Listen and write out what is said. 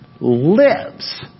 lives